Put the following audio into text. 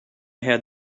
had